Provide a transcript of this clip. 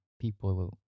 people